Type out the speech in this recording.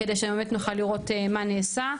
כדי שבאמת נוכל לראות מה נעשה.